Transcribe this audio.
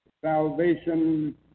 salvation